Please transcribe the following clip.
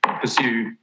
pursue